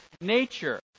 nature